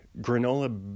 granola